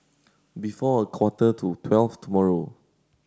before a quarter to twelve tomorrow